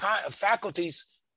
faculties